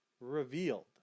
revealed